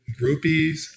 groupies